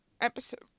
episode